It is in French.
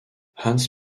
hans